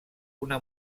una